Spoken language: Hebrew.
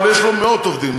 אבל יש מאות עובדים,